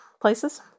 places